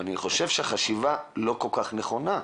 אבל אני חושב שהחשיבה לא כל כך נכונה.